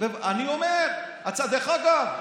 דרך אגב,